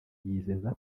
yizeza